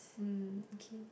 mm) okay